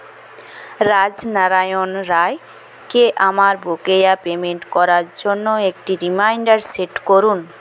রাজনারায়ণ রায়কে আমার বকেয়া পেমেন্ট করার জন্য একটি রিমাইন্ডার সেট করুন